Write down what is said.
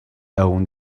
aún